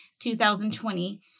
2020